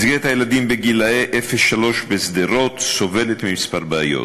מסגרת הילדים גילאי אפס עד שלוש בשדרות סובלת מכמה בעיות: